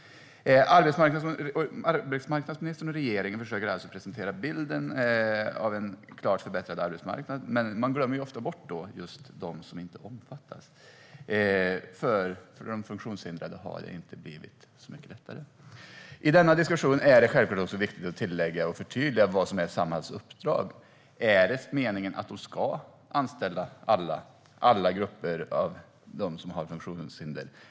Arbetsmarknadsministern och regeringen försöker presentera bilden av en klart förbättrad arbetsmarknad. Men man glömmer ofta bort dem som inte omfattas. För de funktionshindrade har det inte blivit så mycket lättare. I denna diskussion är det självklart också viktigt att tillägga och förtydliga vad som är Samhalls uppdrag. Är det meningen att det ska anställa alla grupper av dem som har funktionshinder?